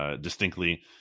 Distinctly